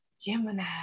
gemini